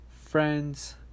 Friends